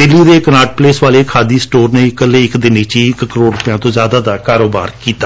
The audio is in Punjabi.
ਦਿੱਲੀ ਦੀ ਕਨਾਟ ਪਲੇਸ ਵਾਲੇ ਖਾਦੀ ਸਟੋਰ ਨੇ ਇਕੱਲੇ ਇੱਕ ਦਿਨ ਵਿਚ ਹੀ ਇਕ ਕਰੋੜ ਰੁਪਇਆਂ ਤੋਂ ਵੱਧ ਦਾ ਕਾਰੋਬਾਰ ਕੀਤਾ